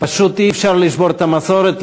פשוט אי-אפשר לשבור את המסורת.